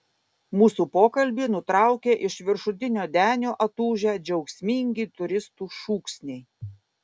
mūsų pokalbį nutraukė iš viršutinio denio atūžę džiaugsmingi turistų šūksniai